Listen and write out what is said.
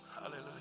hallelujah